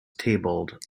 tabled